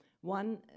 One